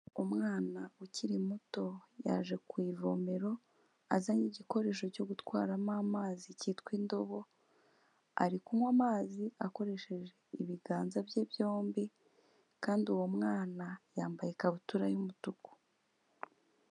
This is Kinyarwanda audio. Umwana ukiri muto yaje ku ivomero, azanye igikoresho cyo gutwaramo amazi cyitwa indobo, ari kunywa amazi akoresheje ibiganza bye byombi, kandi uwo mwana yambaye ikabutura y'umutuku.